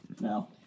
no